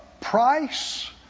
price